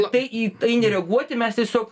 tai į tai nereaguoti mes tiesiog